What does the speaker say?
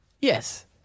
Yes